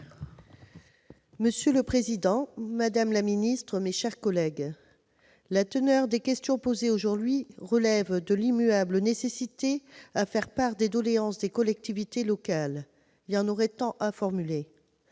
Monsieur le président, madame la ministre, mes chers collègues, la teneur des questions posées aujourd'hui révèle l'immuable nécessité de faire part des doléances des collectivités locales. Il y en aurait tant à formuler !